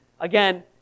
again